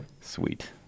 Sweet